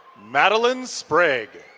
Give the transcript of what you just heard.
madeleine sprig.